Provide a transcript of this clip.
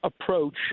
approach